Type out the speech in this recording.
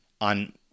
on